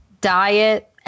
diet